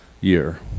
year